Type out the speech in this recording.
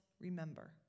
remember